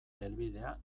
helbidea